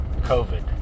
COVID